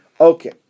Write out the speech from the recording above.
Okay